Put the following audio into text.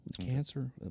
Cancer